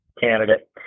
candidate